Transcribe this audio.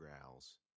growls